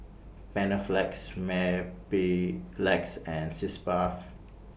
Panaflex Mepilex and Sitz Bath